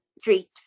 street